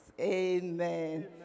Amen